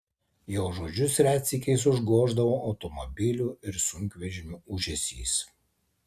jo žodžius retsykiais užgoždavo automobilių ir sunkvežimių ūžesys